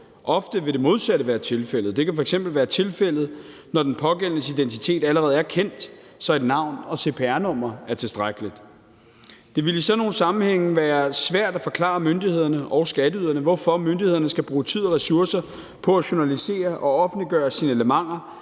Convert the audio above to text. Ofte vil det modsatte være tilfældet. Det kan f.eks. være tilfældet, når den pågældendes identitet allerede er kendt, så et navn og cpr-nummer er tilstrækkeligt. Det ville i sådan nogle sammenhænge være svært at forklare myndighederne og skatteyderne, hvorfor myndighederne skal bruge tid og ressourcer på at journalisere og offentliggøre signalementer,